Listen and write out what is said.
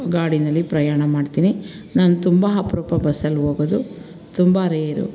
ಗಾಡಿಯಲ್ಲಿ ಪ್ರಯಾಣ ಮಾಡ್ತೀನಿ ನಾನು ತುಂಬ ಅಪ್ರೂಪ ಬಸ್ಸಲ್ಲಿ ಹೋಗೋದು ತುಂಬ ರೇರು